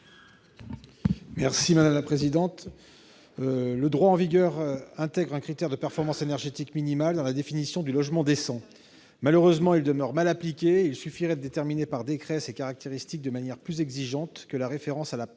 est à M. Éric Gold. Le droit en vigueur intègre un critère de performance énergétique minimale dans la définition du logement décent. Malheureusement, il demeure mal appliqué et il suffirait de déterminer par décret ses caractéristiques de manière plus exigeante que la seule référence à la présence